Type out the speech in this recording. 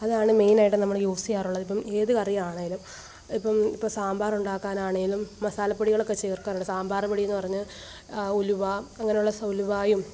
അതാണ് മെയ്ൻ ആയിട്ടും നമ്മൾ യൂസ് ചെയ്യാറുള്ളത് ഇപ്പം ഏത് കറിയാണേലും ഇപ്പം ഇപ്പം സാമ്പാർ ഉണ്ടാക്കാനാണെങ്കിലും മസാലപ്പൊടികളൊക്കെ ചേർക്കാറുണ്ട് സാമ്പാർ പൊടി എന്ന് പറഞ്ഞാൽ ഉലുവ അങ്ങനെയുള്ള ഉലുവയും